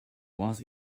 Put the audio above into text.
was